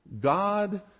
God